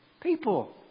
people